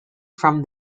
form